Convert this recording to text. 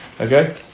Okay